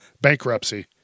bankruptcy